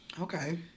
Okay